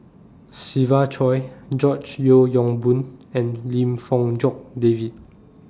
Siva Choy George Yeo Yong Boon and Lim Fong Jock David